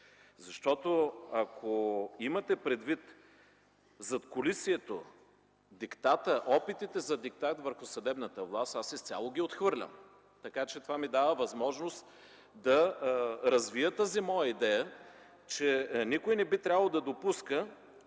кавички. Ако имате предвид задкулисието, диктата, опитите за диктат върху съдебната власт, аз изцяло ги отхвърлям. Това ми дава възможност да развия тази моя идея, че никой не би трябвало да допуска